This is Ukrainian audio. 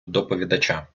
доповідача